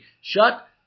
Shut